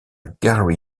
gary